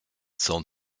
sold